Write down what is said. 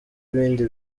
ibindi